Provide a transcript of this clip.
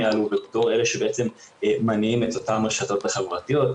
יעלו בתור אלה שבעצם מניעים את אותן רשתות חברתיות.